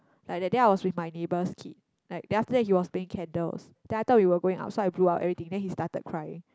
like that day I was with my neighbor's kid like then after that he was playing candles then I thought we were going outside to blow out everything then he started crying